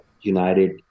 united